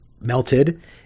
melted